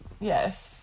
yes